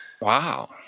Wow